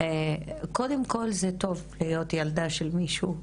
קודם כל זה טוב להיות ילדה של מישהו,